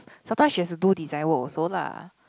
sometime she also has to do design work also lah